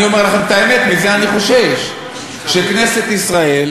אני אומר לכם את האמת, מזה אני חושש, שכנסת ישראל,